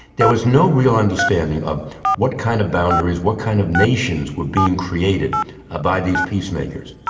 there was no real understanding of what kind of boundaries, what kind of nations, were being created ah by these peacemakers.